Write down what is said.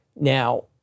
Now